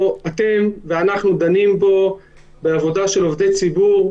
שאתם ואנחנו דנים פה בעבודה של עובדי ציבור,